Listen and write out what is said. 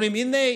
אומרים: הינה,